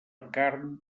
carn